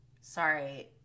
Sorry